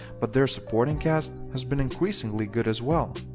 but their supporting cast has been increasingly good as well.